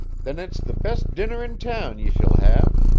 then it's the best dinner in town ye shall have.